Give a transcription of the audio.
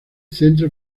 centro